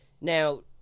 now